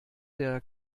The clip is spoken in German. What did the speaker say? der